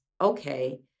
okay